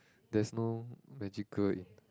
there's no magical in